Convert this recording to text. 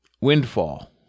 windfall